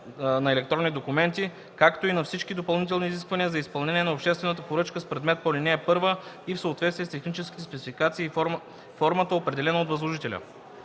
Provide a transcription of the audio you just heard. на електронни документи, както и на всички допълнителни изисквания за изпълнение на обществена поръчка с предмет по ал. 1 и в съответствие с техническите спецификации и формата, определени от възложителя.